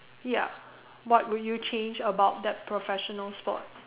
ya what would you change about that professional sport